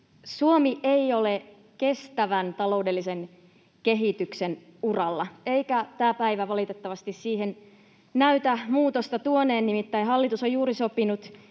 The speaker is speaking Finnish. Suomi ei ole kestävän taloudellisen kehityksen uralla, eikä tämä päivä valitettavasti siihen näytä muutosta tuoneen. Nimittäin hallitus on juuri sopinut